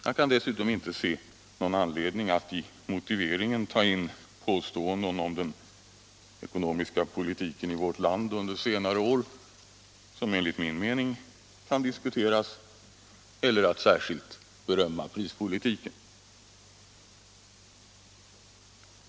Jag kan dessutom inte se någon anledning till att i motiveringen ta in påståenden om den ekonomiska politiken i vårt land under senare år, som enligt min mening kan diskuteras, eller att särskilt berömma prispolitiken.